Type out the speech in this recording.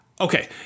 Okay